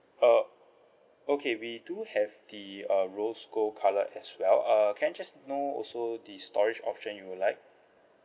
uh okay we do have the uh rose gold colour as well uh can I just know also the storage option you would like